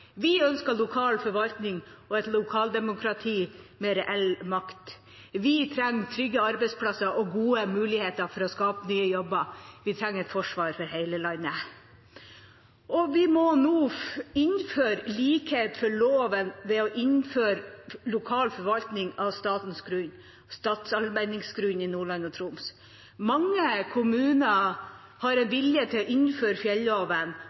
Vi ønsker lokal forvaltning og et lokaldemokrati med reell makt. Vi trenger trygge arbeidsplasser og gode muligheter for å skape nye jobber. Vi trenger et forsvar for hele landet. Vi må nå innføre likhet for loven ved å innføre lokal forvaltning av statens grunn, statsallmenningsgrunn, i Nordland og Troms. Mange kommuner har vilje til å innføre fjelloven,